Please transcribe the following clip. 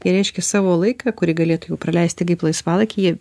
ir reiškia savo laiką kurį galėtų jau praleisti kaip laisvalaikį jie